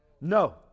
No